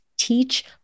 teach